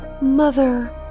Mother